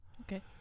Okay